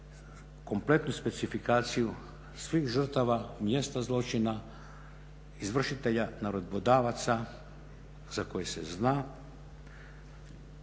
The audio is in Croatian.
kompletnu specifikaciju svih žrtava, mjesta zločina, izvršitelja, naredbodavaca za koje se zna.